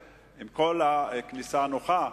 עם כל הכניסה הנוחה,